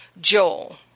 Joel